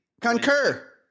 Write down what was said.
Concur